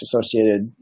associated